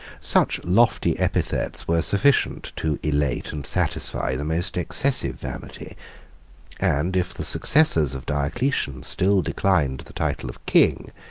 such lofty epithets were sufficient to elate and satisfy the most excessive vanity and if the successors of diocletian still declined the title of king,